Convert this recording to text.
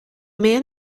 man